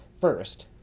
first